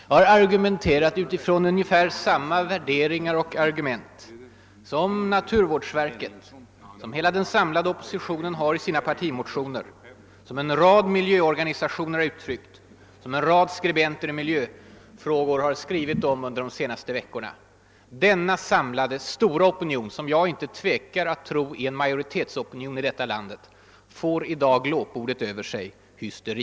Jag har argumenterat utifrån ungefär samma värderingar som naturvårdsver ket gjort, som hela den samlade oppositionen framfört i sina partimotioner, som en rad miljövårdsorganisationer givit uttryck åt i olika framställningar och som en rad skribenter i miljöfrågor skrivit om under de senaste veckorna. Denna samlade, stora opinion, som jag inte tvekar tro är en majoritetsopinion i Sverige, får i dag glåpordet över sig: hysteri.